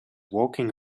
walking